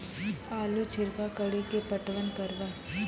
आलू छिरका कड़ी के पटवन करवा?